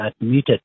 admitted